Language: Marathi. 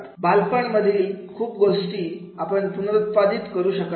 बालपणा मधील खूप गोष्टी आपण पुनरुत्पादित करू शकत नाही